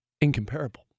incomparable